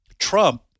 trump